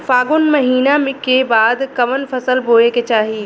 फागुन महीना के बाद कवन फसल बोए के चाही?